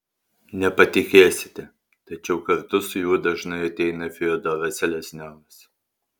nepatikėsite tačiau kartu su juo dažnai ateina fiodoras selezniovas